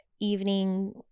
evening